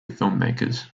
filmmakers